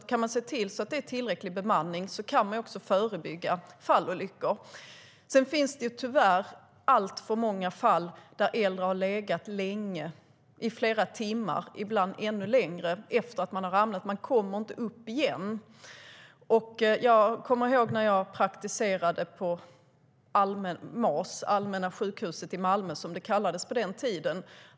Om man kan se till att det finns tillräcklig bemanning kan man också förebygga fallolyckor. Det finns tyvärr alltför många fall där äldre har legat länge - i flera timmar och ibland ännu längre - efter att ha ramlat. De kommer inte upp igen. Jag kommer ihåg när jag praktiserade på MAS, Allmänna sjukhuset i Malmö, som det kallades på den tiden.